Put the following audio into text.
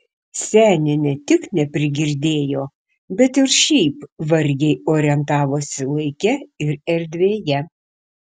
senė ne tik neprigirdėjo bet ir šiaip vargiai orientavosi laike ir erdvėje